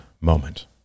moment